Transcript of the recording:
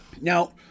Now